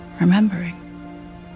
remembering